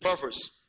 Purpose